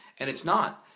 and it's not,